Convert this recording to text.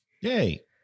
Yay